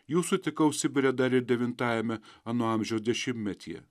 jų sutikau sibire dar ir devintajame ano amžiaus dešimtmetyje